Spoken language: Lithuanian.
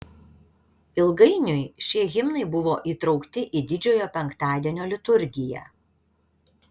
ilgainiui šie himnai buvo įtraukti į didžiojo penktadienio liturgiją